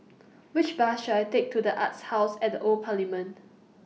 Which Bus should I Take to The Arts House At The Old Parliament